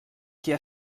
què